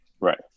Right